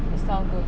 is not good